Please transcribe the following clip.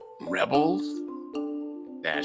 rebels